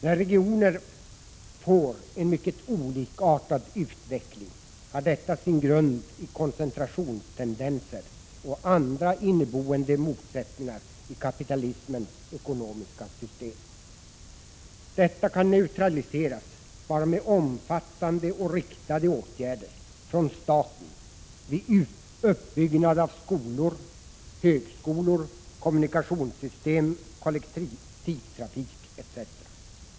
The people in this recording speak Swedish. När regioner får en mycket olikartad utveckling har detta sin grund i koncentrationstendenser och andra inneboende motsättningar i kapitalismens ekonomiska system. Detta kan neutraliseras bara med omfattande och riktade åtgärder från staten vid uppbyggnad av skolor, högskolor, kommunikationssystem, kollektivtrafik etc.